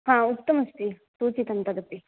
आम् उक्तमस्ति सूचितं तदपि